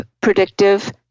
predictive